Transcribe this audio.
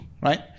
right